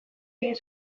egin